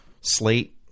slate